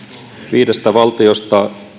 viidestä valtiosta